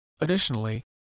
Additionally